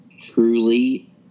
truly